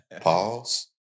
pause